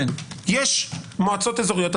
יש מועצות אזוריות,